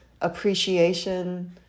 appreciation